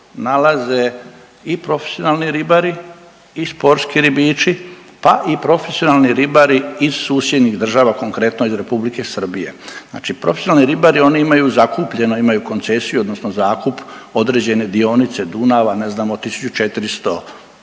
nalaze i profesionalni ribari i sportski ribiči, pa i profesionalni ribari iz susjednih država, konkretno iz Republike Srbije. Znači profesionalni ribari oni imaju zakupljeno, imaju koncesiju odnosno zakup određene dionice Dunava, ne znam od 1441.